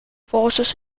forces